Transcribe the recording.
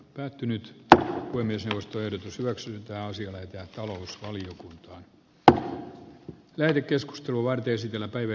päättynyt että voimistelusta yritys hyväksyntä asialle ja talousvaliokuntaan lähetekeskustelua tulossa on